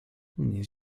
nic